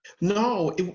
No